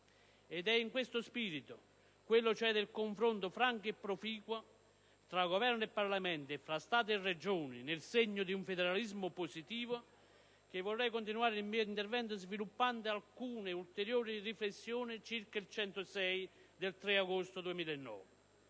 Ed è in questo spirito, quello cioè del confronto franco e proficuo tra Governo e Parlamento e fra Stato e Regioni, nel segno di un federalismo positivo, che vorrei continuare il mio intervento sviluppando alcune ulteriori riflessioni circa il decreto